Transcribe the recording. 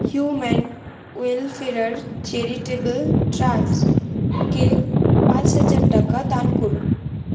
human welfare charitable ট্রাস্টকে পাঁচ হাজার টাকা দান করুন